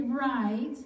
right